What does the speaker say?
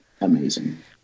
amazing